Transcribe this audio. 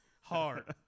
hard